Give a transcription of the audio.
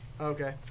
okay